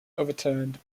overturned